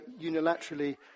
unilaterally